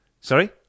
Sorry